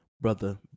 brother